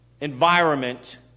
environment